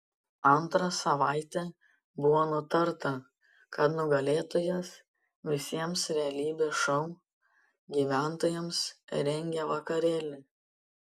antrą savaitę buvo nutarta kad nugalėtojas visiems realybės šou gyventojams rengia vakarėlį